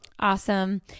awesome